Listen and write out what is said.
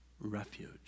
refuge